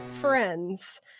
friends